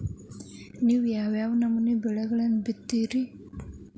ನೇವು ಯಾವ್ ಯಾವ್ ನಮೂನಿ ಬೆಳಿಗೊಳನ್ನ ಬಿತ್ತತಿರಿ?